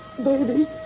baby